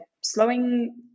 slowing